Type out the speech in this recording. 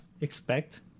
expect